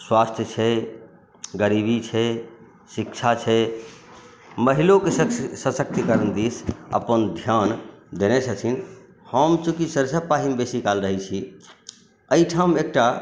स्वास्थ्य छै गरीबी छै शिक्षा छै महिलोके सशक्तिकरण दिस अपन ध्यान देने छथिन हम चूँकि सरिसब पाहीमे बेसी काल रहैत छी एहिठाम एकटा